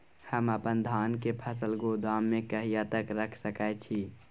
हम अपन धान के फसल गोदाम में कहिया तक रख सकैय छी?